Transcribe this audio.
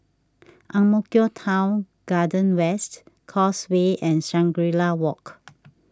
Ang Mo Kio Town Garden West Causeway and Shangri La Walk